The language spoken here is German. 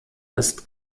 ist